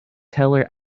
teller